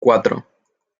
cuatro